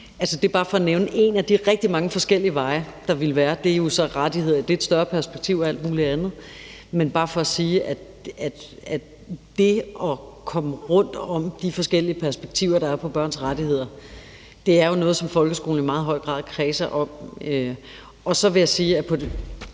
det er bare for at nævne en af de rigtig mange forskellige veje, der ville være. Det er jo så rettigheder i et lidt større perspektiv og alt muligt andet, men det er bare for at sige, at det at komme rundt om de forskellige perspektiver, der er på børns rettigheder, jo er noget, som folkeskolen i meget høj grad kredser om. Så vil jeg sige ...